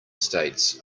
states